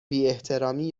بیاحترامی